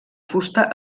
fusta